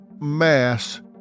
mass